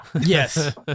yes